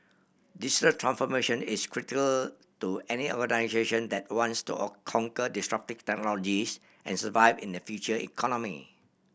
digital transformation is critical to any organisation that wants to conquer disruptive technologies and survive in the future economy